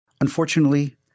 Unfortunately